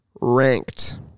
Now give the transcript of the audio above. Ranked